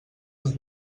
els